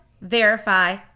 verify